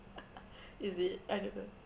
is it I don't know